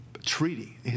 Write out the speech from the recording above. treaty